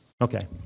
Okay